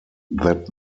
that